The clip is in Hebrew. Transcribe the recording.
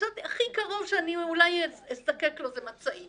חשבתי שהכי קרוב שאני אולי אזדקק לו זה מצעים.